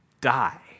die